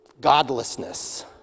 godlessness